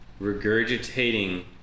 regurgitating